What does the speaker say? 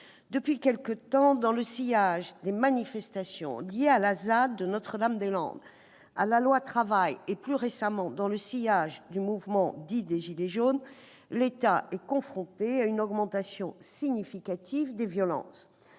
Depuis quelque temps, dans le sillage des manifestations liées à la ZAD de Notre-Dame-des-Landes, à la loi Travail et, plus récemment, du mouvement dit des « gilets jaunes », l'État est confronté à une augmentation significative des violences.